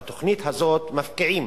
בתוכנית הזאת מפקיעים